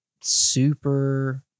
super